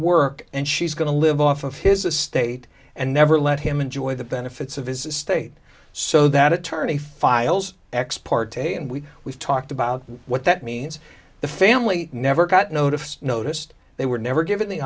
work and she's going to live off of his estate and never let him enjoy the benefits of his estate so that attorney files ex parte and we we've talked about what that means the family never got noticed noticed they were never given the